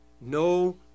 No